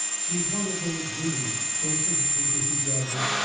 she's one of those women don't hesitate, mrs. yardley.